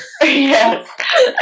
Yes